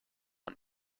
und